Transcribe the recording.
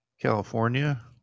California